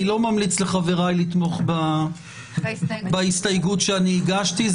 אני לא ממליץ לחבריי לתמוך בהסתייגות שהגשתי.